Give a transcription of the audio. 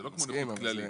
זה לא כמו נכות כללית.